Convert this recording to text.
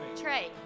Trey